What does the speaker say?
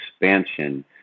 expansion